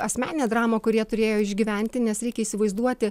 asmeninę dramą kur jie turėjo išgyventi nes reikia įsivaizduoti